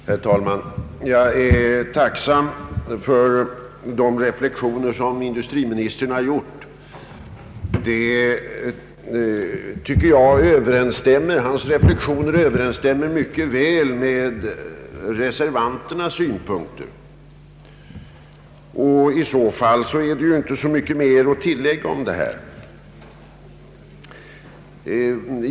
Herr talman! Jag är tacksam för de reflexioner som industriministern har framfört. Dessa överensstämmer mycket väl med reservanternas synpunkter, varför det väl inte är så mycket att tillägga i denna fråga.